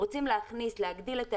רוצים להגדיל את האשראי,